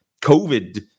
COVID